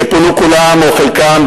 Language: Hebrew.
שפונו כולם או חלקם,